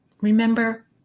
Remember